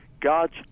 God's